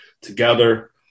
together